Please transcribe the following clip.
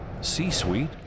C-Suite